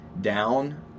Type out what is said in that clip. down